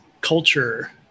culture